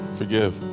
Forgive